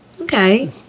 okay